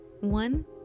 One